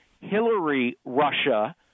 Hillary-Russia